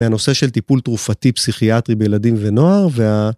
והנושא של טיפול תרופתי פסיכיאטרי בילדים ונוער וה...